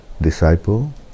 disciple